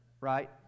Right